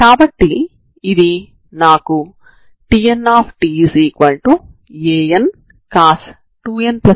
కాబట్టి 0 ఈ లైన్ అవుతుంది సరేనా